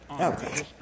Okay